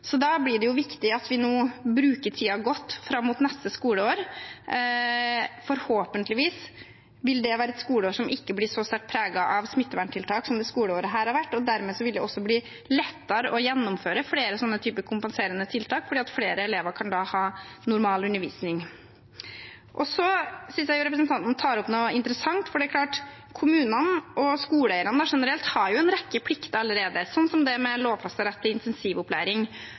Da blir det viktig at vi nå bruker tiden fram mot neste skoleår godt, og forhåpentligvis vil det være et skoleår som ikke blir så sterkt preget av smitteverntiltak som dette skoleåret har vært. Dermed vil det også bli lettere å gjennomføre flere sånne typer kompenserende tiltak, fordi flere elever da kan ha normal undervisning. Jeg synes representanten tar opp noe interessant, for kommunene og skoleeierne generelt har jo en rekke plikter allerede, sånn som det med lovfestet rett til intensivopplæring.